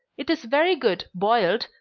it is very good boiled,